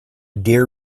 dear